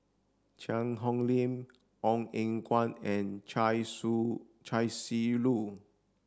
Cheang Hong Lim Ong Eng Guan and Chia Su Chia Shi Lu